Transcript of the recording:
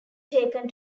taken